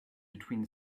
between